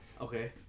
Okay